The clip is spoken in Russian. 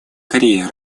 корея